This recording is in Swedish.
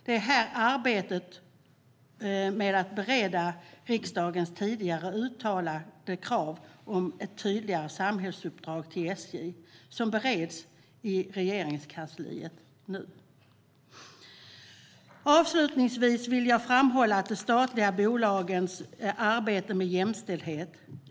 Det här arbetet och riksdagens tidigare uttalade krav om ett tydligare samhällsuppdrag till SJ bereds nu i Regeringskansliet. Avslutningsvis vill jag framhålla de statliga bolagens arbete med jämställdhet.